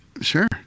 sure